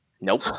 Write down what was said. Nope